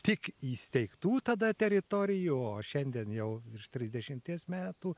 tik įsteigtų tada teritorijų o šiandien jau virš trisdešimties metų